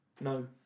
no